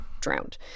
drowned